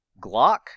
Glock